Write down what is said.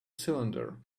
cylinder